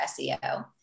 SEO